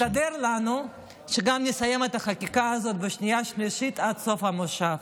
יסתדר לנו שגם נסיים את החקיקה הזאת בשנייה-שלישית עד סוף המושב.